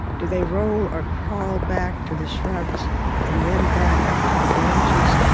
did they roll or crawl back to the shrubs and then back up to the branches,